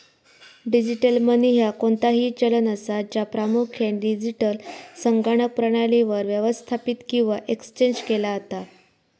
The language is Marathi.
डिजिटल मनी ह्या कोणताही चलन असा, ज्या प्रामुख्यान डिजिटल संगणक प्रणालीवर व्यवस्थापित किंवा एक्सचेंज केला जाता